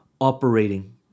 operating